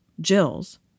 Jills